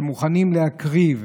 שמוכנים להקריב,